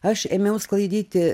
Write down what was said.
aš ėmiau sklaidyti